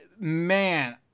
Man